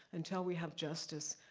until we have justice,